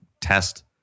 test